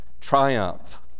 triumph